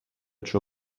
ciò